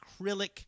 acrylic